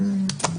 מקרקעין.